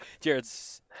Jared's